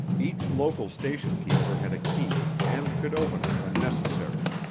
each local station-keeper had a key and could open it when necessary.